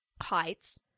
Heights